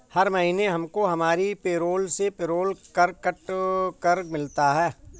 हर महीने हमको हमारी पेरोल से पेरोल कर कट कर मिलता है